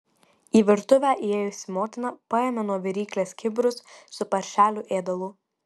į virtuvę įėjusi motina paėmė nuo viryklės kibirus su paršelių ėdalu